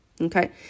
Okay